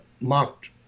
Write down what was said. marked